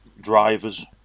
drivers